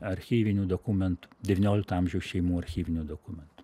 archyvinių dokumentų devyniolikto amžiaus šeimų archyvinių dokumentų